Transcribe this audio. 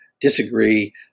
disagree